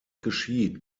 geschieht